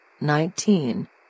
Nineteen